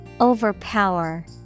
Overpower